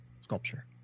sculpture